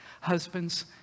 Husbands